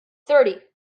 thirty